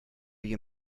you